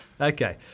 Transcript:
Okay